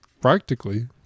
Practically